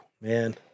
man